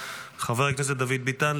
חבר הכנסת דוד ביטן,